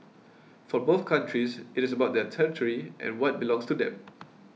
for both countries it is about their territory and what belongs to them